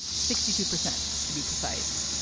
sixty two percent to be precise.